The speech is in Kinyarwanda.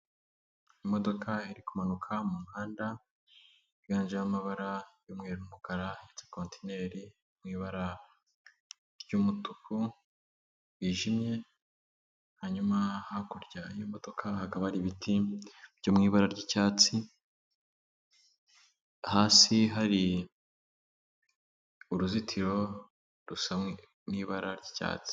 Imodoka iri kumanuka mu muhanda, yiganjemo amabara y'umweru n'umukara, ifite kontineri mu ibara ry'umutuku wijimye, hanyuma hakurya y'imodoka hakaba hari ibiti byo mu ibara ry'icyatsi, hasi hari uruzitiro rusa n'ibara ry'icyatsi.